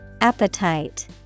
Appetite